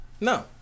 No